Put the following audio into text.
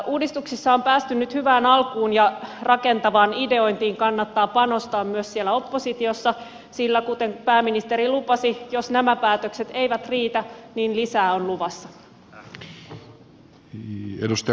uudistuksissa on päästy nyt hyvään alkuun ja rakentavaan ideointiin kannattaa panostaa myös siellä oppositiossa sillä kuten pääministeri lupasi jos nämä päätökset eivät riitä niin lisää on luvassa